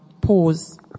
Pause